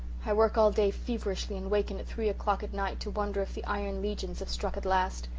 i work all day feverishly and waken at three o'clock at night to wonder if the iron legions have struck at last.